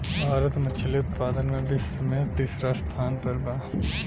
भारत मछली उतपादन में विश्व में तिसरा स्थान पर बा